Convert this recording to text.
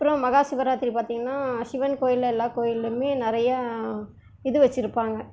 அப்புறம் மஹா சிவராத்திரி பார்த்தீங்கன்னா சிவன் கோவில் எல்லா கோவில்லையுமே நிறையா இது வச்சிருப்பாங்க